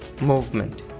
movement